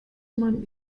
man